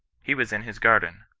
he was in his garden.